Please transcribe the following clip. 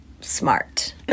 smart